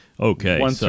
Okay